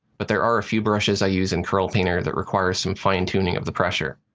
but there are a few brushes i use in corel painter that require some fine tuning of the pressure.